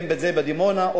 אם בדימונה,